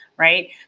right